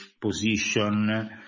position